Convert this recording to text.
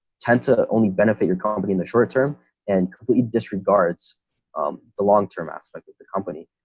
tend to only benefit your company in the short term and completely disregards the long term aspect of the company.